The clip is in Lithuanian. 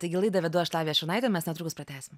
taigi laidą vedu aš lavija šurnaitė mes netrukus pratęsim